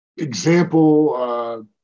example